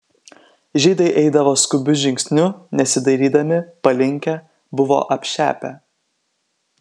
žydai eidavo skubiu žingsniu nesidairydami palinkę buvo apšepę